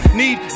need